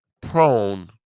prone